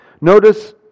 Notice